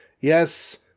Yes